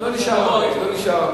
לא נשאר הרבה.